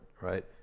right